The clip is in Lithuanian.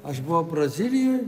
aš buvau brazilijoj